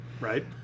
right